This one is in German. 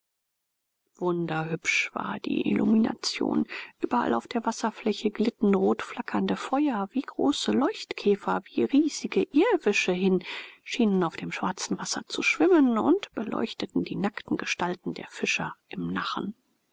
wunderhübsch war die illumination überall auf der wasserfläche glitten rot flackernde feuer wie große leuchtkäfer wie riesige irrwische hin schienen auf dem schwarzen wasser zu schwimmen und beleuchteten die nackten gestalten der fischer im nachen